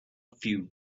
few